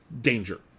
danger